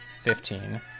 fifteen